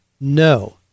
no